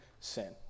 sin